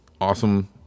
awesome